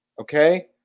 Okay